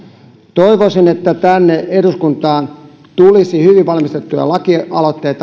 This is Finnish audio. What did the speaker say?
toivoisin että tänne eduskuntaan tulisi ainoastaan hyvin valmisteltuja lakialoitteita